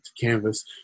canvas